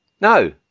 No